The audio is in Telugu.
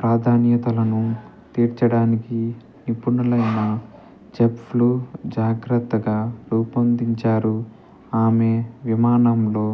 ప్రాధాన్యతలను తీర్చడానికి నిపుణులైన చేఫ్లు జాగ్రత్తగా రూపొందించారు ఆమె విమానంలో